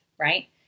right